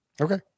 Okay